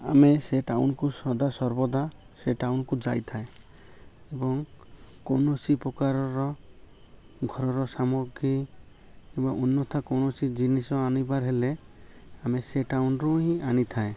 ଆମେ ସେ ଟାଉନକୁ ସଦା ସର୍ବଦା ସେ ଟାଉନ୍କୁ ଯାଇଥାଏ ଏବଂ କୌଣସି ପ୍ରକାରର ଘରର ସାମଗ୍ରୀ ଏବଂ ଅନ୍ୟଥା କୌଣସି ଜିନିଷ ଆଣିବାର୍ ହେଲେ ଆମେ ସେ ଟାଉନ୍ରୁ ହିଁ ଆଣିଥାଏ